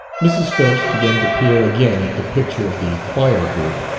mrs. phillips began to peer again at the picture of the choir-group.